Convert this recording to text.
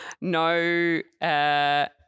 no –